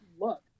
look